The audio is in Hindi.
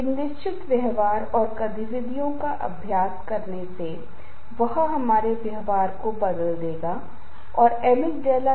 वे प्रत्येक परंपरा हैं और वैज्ञानिक साक्ष्य उपलब्ध हैं और तनाव के साक्ष्य आधारित प्रबंधन से आपको बहुत मदद मिलेगी